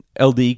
LD